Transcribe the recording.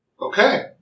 Okay